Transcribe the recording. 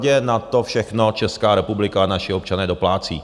Tvrdě na to všechno Česká republika a naši občané doplácí.